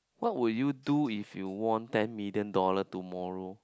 what would you do if you won ten million dollar tomorrow